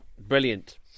brilliant